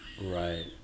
Right